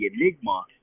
Enigma